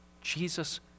Jesus